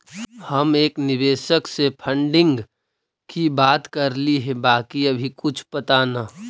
हम एक निवेशक से फंडिंग की बात करली हे बाकी अभी कुछ पता न